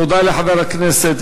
תודה לחבר הכנסת,